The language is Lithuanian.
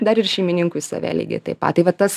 dar ir šeimininkui save lygiai taip pat tai vat tas